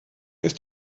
ist